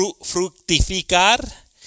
fructificar